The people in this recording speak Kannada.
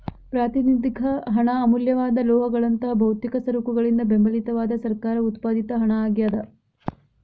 ಪ್ರಾತಿನಿಧಿಕ ಹಣ ಅಮೂಲ್ಯವಾದ ಲೋಹಗಳಂತಹ ಭೌತಿಕ ಸರಕುಗಳಿಂದ ಬೆಂಬಲಿತವಾದ ಸರ್ಕಾರ ಉತ್ಪಾದಿತ ಹಣ ಆಗ್ಯಾದ